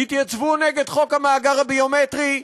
התייצבו נגד חוק המאגר הביומטרי,